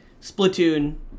Splatoon